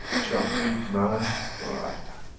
shall feed man for a lifetime.